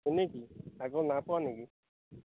হয় নেকি আগত নাইপোৱা নেকি